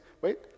wait